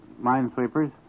minesweepers